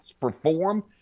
perform